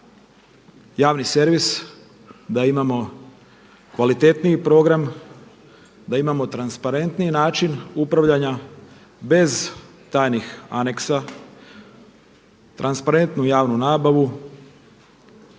javni servis, da imamo kvalitetniji program, da imamo transparentniji način upravljanja bez tajnih aneksa, transparentnu javnu nabavu,